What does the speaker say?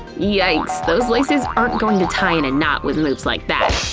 yikes, those laces aren't going to tie in a knot with moves like that.